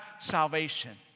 salvation